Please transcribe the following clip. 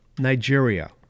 Nigeria